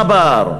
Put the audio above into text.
מה בער?